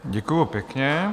Děkuji pěkně.